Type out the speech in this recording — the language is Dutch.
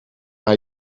haar